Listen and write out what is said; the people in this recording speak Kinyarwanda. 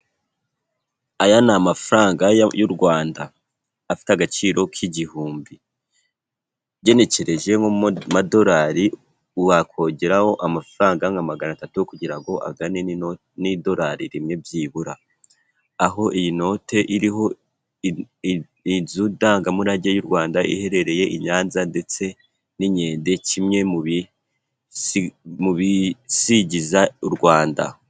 Aya ni amafaranga y'u Rwanda, afite agaciro k'igihumbi. Ugenekereje mu madorari wakongeraho amafaranga nka magana atatu kugira ngo angane n'idorari rimwe byibura. Aho iyi note iriho inzu ndangamurage y'u Rwanda iherereye i Nyanza, ndetse n'inkende kimwe mu bisigiza u Rwanda.